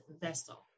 vessel